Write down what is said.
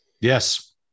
Yes